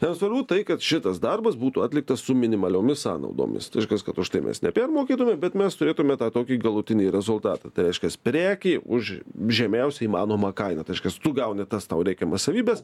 jam svarbu tai kad šitas darbas būtų atliktas su minimaliomis sąnaudomis tai reiškias kad už tai mes nepermokėtume bet mes turėtume tą tokį galutinį rezultatą tai reiškias prekė už žemiausią įmanomą kainą tai reiškias tu gauni tas tau reikiamas savybes